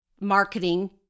marketing